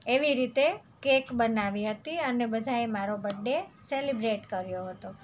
એવી રીતે કેક બનાવી હતી અને બધાએ મારો બડે સેલિબ્રેટ કર્યો હતો